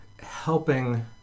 helping